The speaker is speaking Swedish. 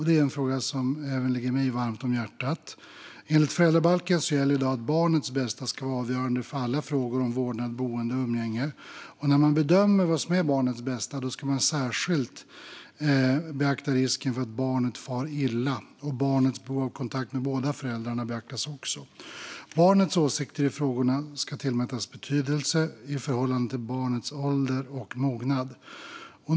Det är en fråga som även ligger mig varmt om hjärtat. Enligt föräldrabalken gäller i dag att barnets bästa ska vara avgörande för alla frågor om vårdnad, boende och umgänge. När man bedömer barnets bästa ska man särskilt beakta risken för att barnet far illa, och barnets behov av kontakt med båda föräldrarna beaktas också. Barnets åsikter i frågorna ska tillmätas betydelse i förhållande till barnets ålder och mognad.